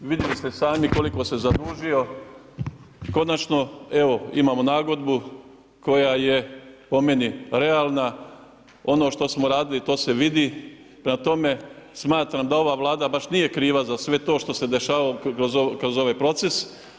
Vidjeli ste sami, koliko se zadužio, konačno, evo, imamo nagodbu, koja je po meni realna, ono što smo radili, to se vidi, prema tome, smatram da ova vlada baš nije kriva, za sve to što se dešavalo kroz ovaj proces.